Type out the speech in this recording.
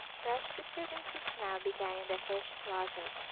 fresh disturbances now began in the fish closet,